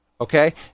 Okay